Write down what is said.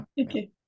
Okay